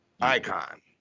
Icon